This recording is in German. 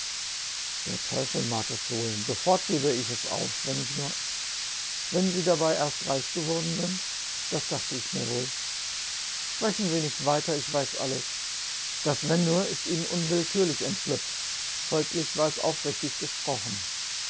er teufel mag es olcn fofort gebe id es auf wenn ich nur wenn sie dabei erst reich geworden sind das dachte ich mir wof l sprechen ie nicht weiter ich weife alles das wenn nur ift snen unnriq fürlich entfehlüpft folglich mar es aufrichtig gefproden